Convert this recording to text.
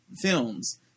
films